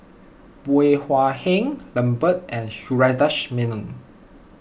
Bey Hua Heng Lambert and Sundaresh Menon